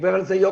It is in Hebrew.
דיבר פה יושב